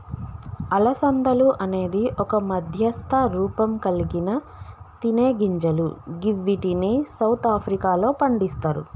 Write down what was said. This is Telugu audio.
అలసందలు అనేది ఒక మధ్యస్థ రూపంకల్గిన తినేగింజలు గివ్విటిని సౌత్ ఆఫ్రికాలో పండిస్తరు